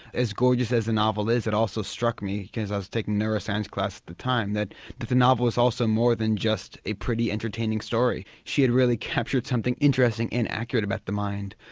as gorgeous as the novel is, it also struck me because i was taking neuroscience classes at the time that that the novel is also more than just a pretty, entertaining story. she had really captured something interesting and accurate about the mind.